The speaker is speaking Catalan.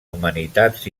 humanitats